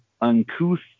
uncouth